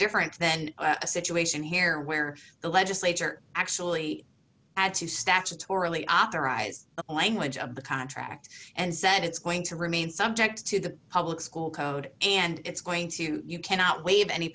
different than a situation here where the legislature actually had to statutorily op or eyes a language of the contract and said it's going to remain subject to the public school code and it's going to you cannot wave any